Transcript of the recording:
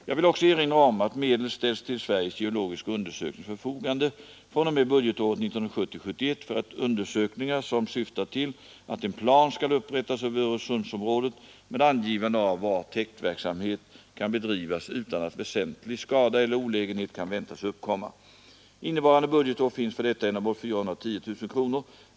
Jag vill också erinra om att medel ställts till Sveriges geologiska undersöknings förfogande fr.o.m. budgetåret 1970/71 för undersökningar som syftar till att en plan skall upprättas över Öresundsområdet med angivande av var täktverksamhet kan bedrivas utan att väsentlig skada eller olägenhet kan väntas uppkomma. Innevarande budgetår finns för detta ändamål 410 000 kronor.